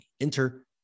Enter